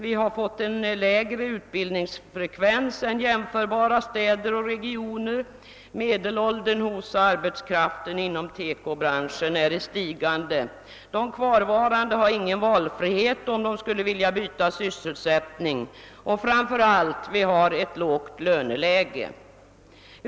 Vi har fått en lägre utbildningsfrekvens än jämförbara städer och regioner. Medelåldern hos arbetskraften inom TEKO-branschen är i stigande och de kvarvarande har ingen valfrihet om de skulle vilja byta sysselsättning. Framför allt har vi ett lågt löneläge.